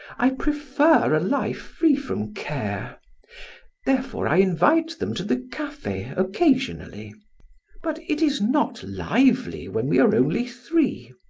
i prefer a life free from care therefore i invite them to the cafe occasionally but it is not lively when we are only three.